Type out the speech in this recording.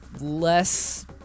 less